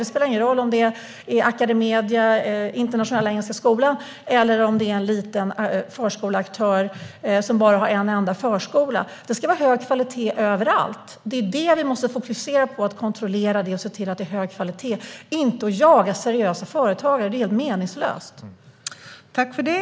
Det spelar ingen roll om det är Academedia, Internationella Engelska Skolan eller en liten förskoleaktör med bara en enda förskola. Det ska vara hög kvalitet överallt. Vi måste fokusera på att kontrollera kvaliteten, inte jaga seriösa företagare. Det är helt meningslöst.